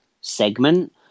segment